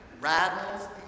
rattles